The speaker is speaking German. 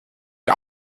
die